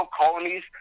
colonies